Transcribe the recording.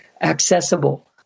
accessible